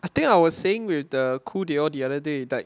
I think I was saying with the who they all the other day like